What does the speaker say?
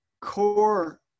core